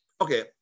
Okay